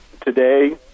today